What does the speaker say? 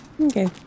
okay